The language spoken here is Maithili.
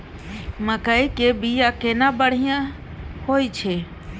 मकई के बीया केना बढ़िया होय छै?